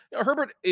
Herbert